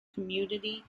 community